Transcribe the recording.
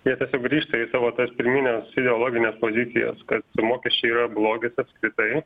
jie tiesiog grįžta į savo tas pirmines ideologines pozicijas kad mokesčiai yra blogis apskritai